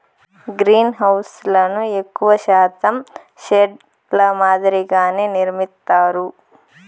గ్రీన్హౌస్లను ఎక్కువ శాతం షెడ్ ల మాదిరిగానే నిర్మిత్తారు